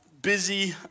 Busy